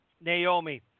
Naomi